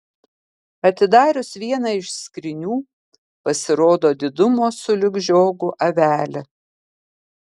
atidarius vieną iš skrynių pasirodo didumo sulig žiogu avelė